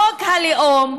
חוק הלאום,